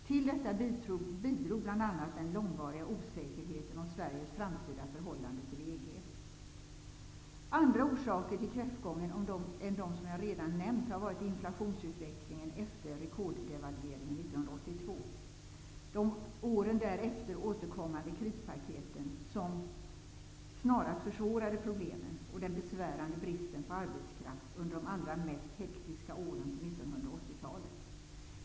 Till detta bidrog bl.a. den långvariga osäkerheten om Sveriges framtida förhållande till Andra orsaker till kräftgången än dem jag redan nämnt har varit inflationsutvecklingen efter rekorddevalveringen 1982, de åren därefter återkommande krispakten som snarast försvårade problemen och den besvärande bristen på arbetskraft under de allra mest hektiska åren på 1980-talet.